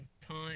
time